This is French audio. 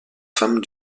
femme